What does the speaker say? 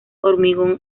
hormigón